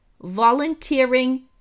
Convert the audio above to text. volunteering